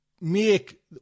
make